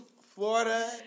Florida